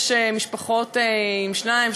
יש משפחות עם שניים,